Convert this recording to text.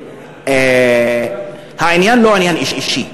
העניין לא אישי.